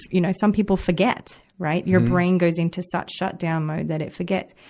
you know, some people forget, right. your brain goes into such shutdown mode that it forgets.